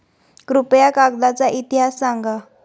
कृपया कागदाचा इतिहास सांगा